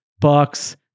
Bucks